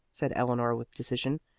said eleanor with decision,